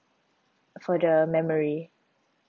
for the memory